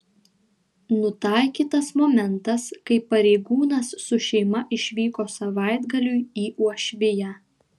nutaikytas momentas kai pareigūnas su šeima išvyko savaitgaliui į uošviją